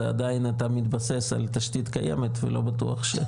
זה עדיין אתה מתבסס על תשתית קיימת ולא בטוח שזה